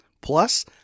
Plus